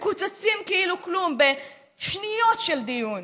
מקוצצים כאילו כלום בשניות של דיון